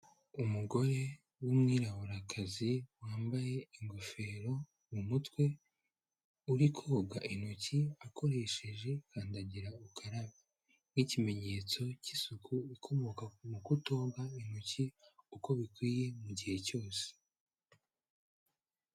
Umugore w'umwiraburakazi wambaye ingofero mu mutwe uri koga intoki akoresheje kandagira ukarabe, nk'ikimenyetso cy'isuku ukomoka mu kutoga intoki uko bikwiye mu gihe cyose.